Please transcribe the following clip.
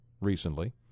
recently